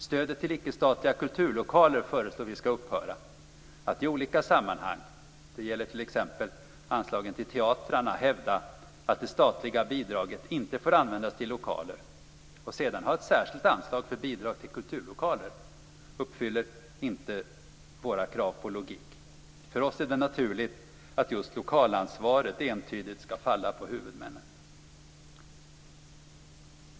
Stödet till icke-statliga kulturlokaler föreslår vi skall upphöra. Att i olika sammanhang - det gäller t.ex. anslagen till teatrarna - hävda att det statliga bidraget inte får användas till lokaler och sedan ha ett särskilt anslag för bidrag till kulturlokaler uppfyller inte våra krav på logik. För oss är det naturligt att just lokalansvaret entydigt skall falla på huvudmännen.